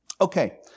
Okay